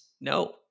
no